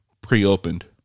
pre-opened